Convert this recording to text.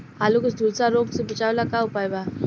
आलू के झुलसा रोग से बचाव ला का उपाय बा?